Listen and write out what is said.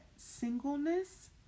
Singleness